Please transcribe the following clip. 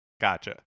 Gotcha